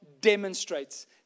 demonstrates